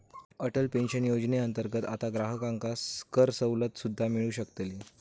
Atal pension योजनेअंतर्गत आता ग्राहकांका करसवलत सुद्दा मिळू शकतली